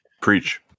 Preach